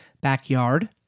backyard